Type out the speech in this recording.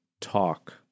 talk